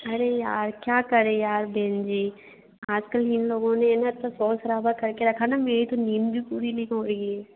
अरे यार क्या करे यार बहन जी आज कल इन लोगों ने है ना इतना शोर शराबा कर के रखा ना मेरी तो नींद भी पूरी नहीं हो रही है